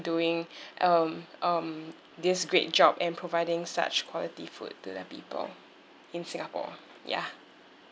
doing um um this great job and providing such quality food to the people in singapore ya